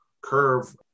curve